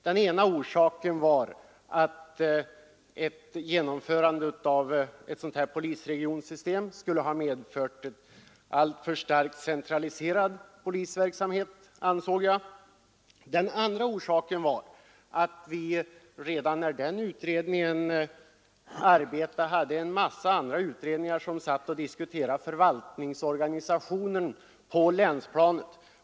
Den ena orsaken var att jag ansåg att ett genomförande av ett sådant polisregionsystem skulle ha medfört en alltför stark centralisering av polisverksamheten. Den andra orsaken var att det redan när utredningen arbetade pågick en mängd andra utredningar, som diskuterade förvaltningsorganisationen på länsplanet.